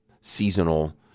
seasonal